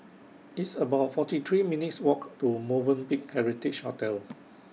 It's about forty three minutes' Walk to Movenpick Heritage Hotel